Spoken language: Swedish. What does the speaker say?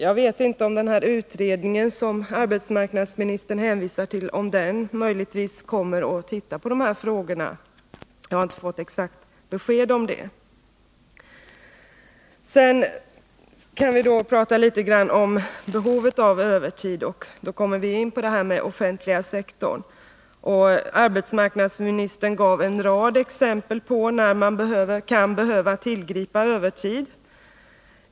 Jag vet inte om den utredning som arbetsmarknadsministern hänvisar till möjligen kommer att behandla dessa frågor — jag har inte fått besked om det. Sedan kan vi tala om behovet av övertid, och då kommer vi in på den offentliga sektorn. Arbetsmarknadsministern gav en rad exempel på när övertid kan behöva tillgripas.